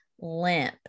limp